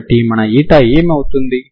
కాబట్టి మన η ఏమి అవుతుంది